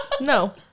No